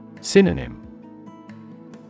Synonym